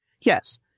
Yes